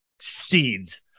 seeds